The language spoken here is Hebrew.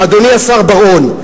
אדוני השר בר-און,